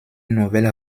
nouvelle